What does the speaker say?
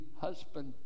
husband